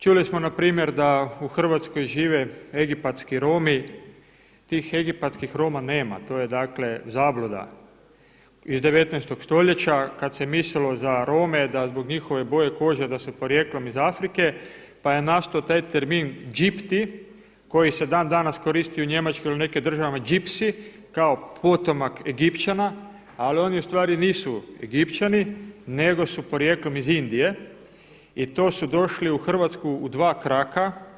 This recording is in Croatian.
Čuli smo npr. da u Hrvatskoj žive egipatski Romi, tih egipatskih Roma nema, to je zabluda iz 19. stoljeća kada se mislilo za Rome da zbog njihove boje kože da su porijeklom iz Afrike pa je nastao taj termin gipti koji se danas koristi u Njemačkoj ili u nekim državama gipsy kao potomak Egipćana, ali oni ustvari nisu Egipćani nego su porijeklom iz Indije i to su došli u Hrvatsku u dva kraka.